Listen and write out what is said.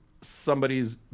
somebody's